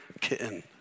kitten